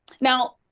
Now